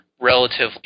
relatively